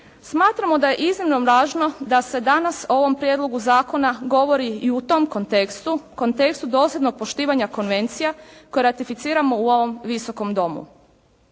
smatramo da je iznimno važno da se danas o ovom prijedlogu zakona govori i u tom kontekstu, kontekstu dosljednog poštivanja konvencija koje ratificiramo u ovom Visokom domu.